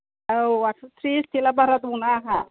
औ आदस'थ्रिस थेला बारहा दङ ना आंहा